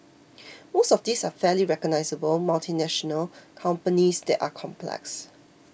most of these are fairly recognisable multinational companies that are complex